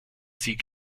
sieg